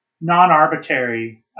non-arbitrary